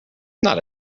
not